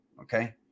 Okay